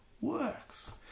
works